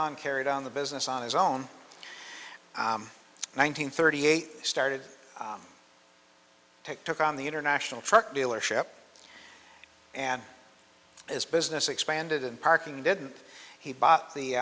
on carried on the business on his own one nine hundred thirty eight started to take took on the international truck dealership and as business expanded and parking didn't he bought the